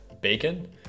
bacon